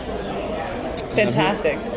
Fantastic